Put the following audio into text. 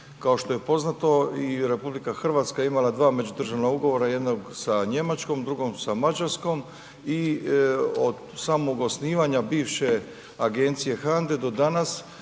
kao što je poznato i RH je imala dva međudržavna ugovora jednog sa Njemačkom, drugom sa Mađarskom i od samog osnivanja bivše agencije HANDA-e do danas